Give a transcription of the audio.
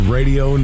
Radio